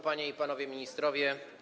Panie i Panowie Ministrowie!